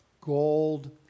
gold